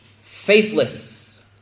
faithless